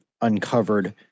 uncovered